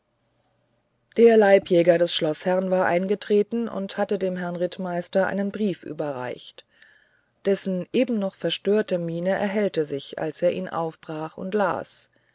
der leibjäger des schloßherrn war hereingetreten und hatte dem herrn rittmeister einen brief überreicht dessen eben noch verstörte mienen erhellten sich wie er ihn aufbrach und las